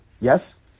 Yes